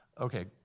Okay